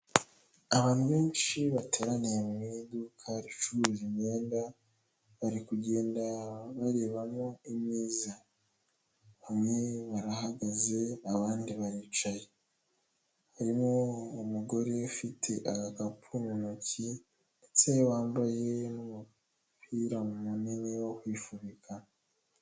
Abantu benshi bateraniye mu iduka ricuruza imyenda, bari kugenda barebamo imyiza, bamwe barahagaze, abandi baricaye. Harimo umugore ufite agakapu mu ntoki ndetse wambaye n'umupira munini wo kwifubika.